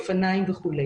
אופניים וכולי